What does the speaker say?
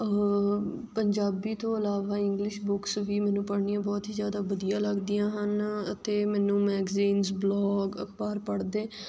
ਪੰਜਾਬੀ ਤੋਂ ਇਲਾਵਾ English books ਵੀ ਮੈਨੂੰ ਪੜ੍ਹਨੀਆਂ ਬਹੁਤ ਹੀ ਜ਼ਿਆਦਾ ਵਧੀਆ ਲੱਗਦੀਆਂ ਹਨ ਅਤੇ ਮੈਨੂੰ ਮੈਗਜ਼ੀਨਜ ਬਲੋਗ ਅਖਬਾਰ ਪੜ੍ਹਦੇ